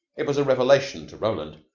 it was a revelation to roland,